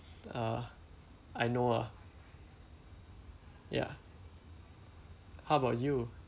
uh I know ah ya how about you